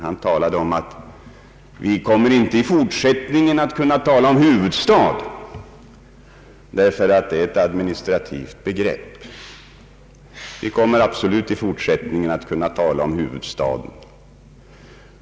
Han påstod att vi i fortsättningen inte kommer att kunna tala om någon huvudstad, därför att det är ett administrativt begrepp. Vi kommer absolut att i fortsättningen kunna tala om huvudstaden.